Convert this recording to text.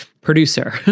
producer